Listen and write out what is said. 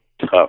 tough